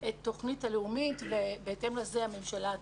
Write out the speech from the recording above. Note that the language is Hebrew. את התוכנית הלאומית ובהתאם לזה הממשלה תתקצב.